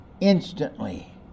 instantly